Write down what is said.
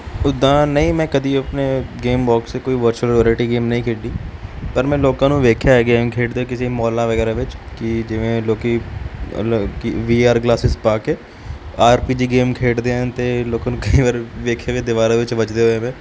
ਉੱਦਾਂ ਨਹੀਂ ਮੈਂ ਕਦੀ ਆਪਣੇ ਗੇਮ ਬਾਕਸ 'ਤੇ ਕੋਈ ਵਰਚੁਅਲ ਵਰਾਈਟੀ ਗੇਮ ਨਹੀਂ ਖੇਡੀ ਪਰ ਮੈਂ ਲੋਕਾਂ ਨੂੰ ਵੇਖਿਆ ਹੈ ਗੇਮ ਖੇਡਦੇ ਕਿਸੇ ਮੌਲਾਂ ਵਗੈਰਾ ਵਿੱਚ ਕਿ ਜਿਵੇਂ ਲੋਕ ਵੀ ਆਰ ਗਲਾਸਿਸ ਪਾ ਕੇ ਆਰ ਪੀ ਜੀ ਗੇਮ ਖੇਡਦੇ ਹਨ ਅਤੇ ਲੋਕਾਂ ਨੂੰ ਕਈ ਵਾਰ ਵੇਖਿਆ ਵੀ ਦੀਵਾਰਾਂ ਵਿੱਚ ਵੱਜਦੇ ਹੋਏ ਮੈਂ